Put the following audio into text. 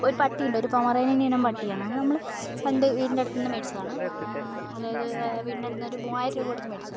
ഒരു പട്ടിയുണ്ട് ഒരു പൊമറേനിയൻ ഇനം പട്ടിയാണ് അത് നമ്മൾ പണ്ട് വീടിൻ്റടുത്ത് നിന്ന് മേടിച്ചതാണ് അതായത് വീടിൻ്റെ അടുത്ത് നിന്ന് ഒരു മുവായിരം രൂപ കൊടുത്ത് മേടിച്ചതാണ്